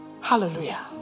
Hallelujah